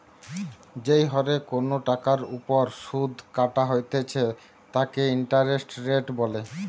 যেই হরে কোনো টাকার ওপর শুধ কাটা হইতেছে তাকে ইন্টারেস্ট রেট বলে